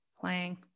playing